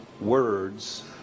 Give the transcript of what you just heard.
words